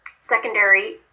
secondary